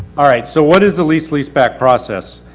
alright, so what is the lease leaseback process?